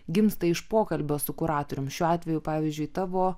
gimsta iš pokalbio su kuratorium šiuo atveju pavyzdžiui tavo